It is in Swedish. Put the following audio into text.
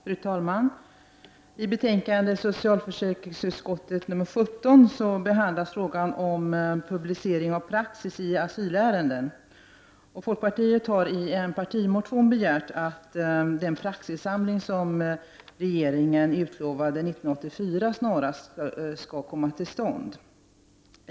Fru talman! I socialförsäkringsutskottets betänkande 17 behandlas frågan om publicering av praxis i asylärenden. Folkpartiet har i en partimotion begärt att den praxissamling som regeringen utlovade 1984 snarast skall komma till stånd.